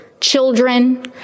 children